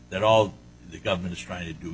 that all the government is trying to do